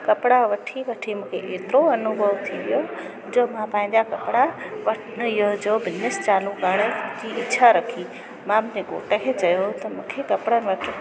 कपिड़ा वठी वठी मूंखे एतिरो अनुभव थी वियो जो मां पंहिंजा कपिड़ा इहो जो बिज़निस चालू करण जी इछा रखी मां पंहिंजे घोठ खे चयो त मूंखे कपिड़नि वट